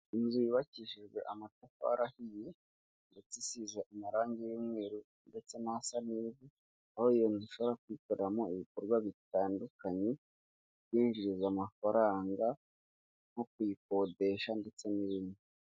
Inzu yubakishijwe amatafari ahiye ndetse isiza amarange y'umweru ndetse na hasa n'ivu, aho iyo nzu ushobora kuyikoreramo ibikorwa bitandukanye bikwinjiriza amafaranga nko kuyikodesha ndetse n'ibindi.